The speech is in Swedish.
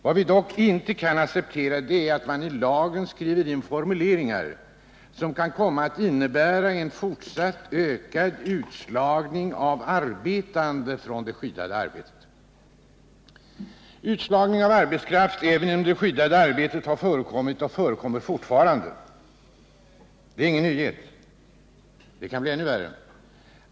Vad vi dock inte kan acceptera är att man i lagen skriver in formuleringar, som kan komma att innebära en fortsatt ökad utslagning av arbetande från det skyddade arbetet. Utslagning av arbetskraft även inom det skyddade arbetet har förekommit och förekommer fortfarande. Det är ingen nyhet, och det kan bli ännu värre.